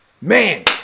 Man